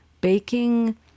baking